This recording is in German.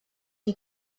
die